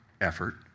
effort